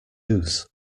ooze